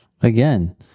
Again